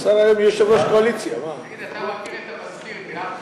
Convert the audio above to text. מי אמר ועדת כספים?